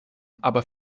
aber